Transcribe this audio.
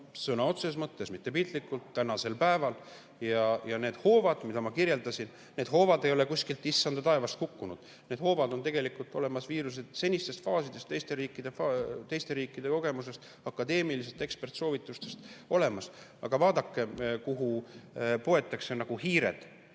sõna otseses mõttes ja mitte piltlikult öeldes tänasel päeval. Need hoovad, mida ma kirjeldasin, ei ole kuskilt issanda taevast kukkunud. Need hoovad on tegelikult teada viiruse senistest faasidest, teiste riikide kogemusest, akadeemilistest eksperdisoovitustest. Aga vaadake, kuhu poetakse nagu hiired.